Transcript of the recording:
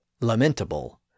lamentable